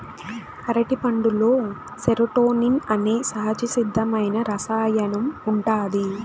అరటిపండులో సెరోటోనిన్ అనే సహజసిద్ధమైన రసాయనం ఉంటాది